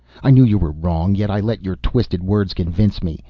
i knew you were wrong, yet i let your twisted words convince me.